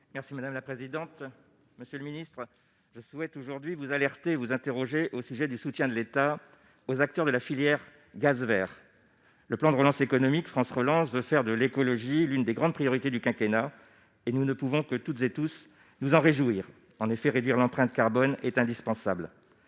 Merci madame la présidente, monsieur le ministre, je souhaite aujourd'hui vous alerter vous interroger au sujet du soutien de l'État aux acteurs de la filière gaz vers le plan de relance économique France relance de faire de l'écologie, l'une des grandes priorités du quinquennat et nous ne pouvons que toutes et tous nous en réjouir en effet réduire l'empreinte carbone est indispensable,